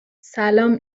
سلام